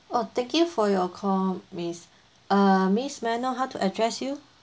oh thank you for your call miss uh miss may I know how to address you